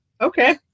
Okay